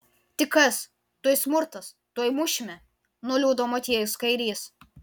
tik kas tuoj smurtas tuoj mušime nuliūdo motiejus kairys